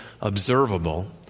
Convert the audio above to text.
observable